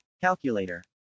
calculator